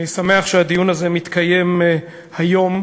אני שמח שהדיון הזה מתקיים היום,